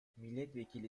milletvekili